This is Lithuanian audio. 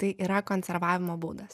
tai yra konservavimo būdas